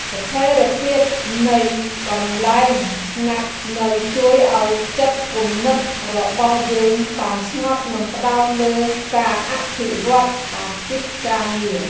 ស្ថិរភាពនៃកន្លែងស្នាក់នៅជួយឱ្យចិត្តគំនិតរបស់យើងបានស្ងប់និងផ្ដោតលើការអភិវឌ្ឍអាជីពការងារ។